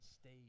stay